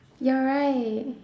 you're right